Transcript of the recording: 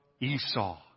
Esau